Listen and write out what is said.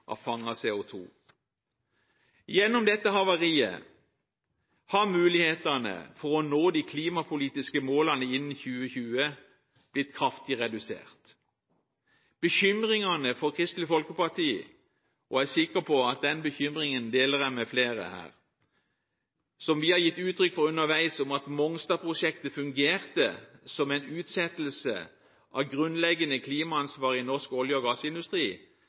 fanget CO2. Gjennom dette havariet har mulighetene for å nå de klimapolitiske målene innen 2020 blitt kraftig redusert. Kristelig Folkepartis bekymring – og jeg er sikker på at den bekymringen, som vi har gitt uttrykk for underveis, deler vi med flere her – for at Mongstad-prosjektet fungerte som en utsettelse av grunnleggende klimaansvar i norsk olje- og gassindustri,